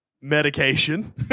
medication